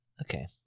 Okay